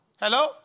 Hello